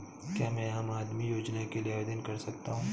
क्या मैं आम आदमी योजना के लिए आवेदन कर सकता हूँ?